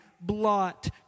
blot